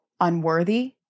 unworthy